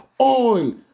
oil